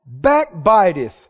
Backbiteth